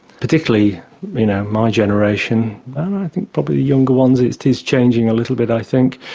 particularly you know my generation and i think probably younger ones it is changing a little bit i think,